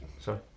Sorry